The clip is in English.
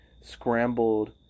Scrambled